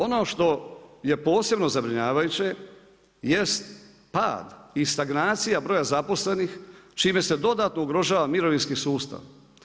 Ono što je posebno zabrinjavajuće jest pad i stagnacija broja zaposlenih čime se dodatno ugrožava mirovinski sustav.